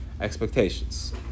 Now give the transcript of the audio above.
expectations